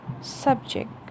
subject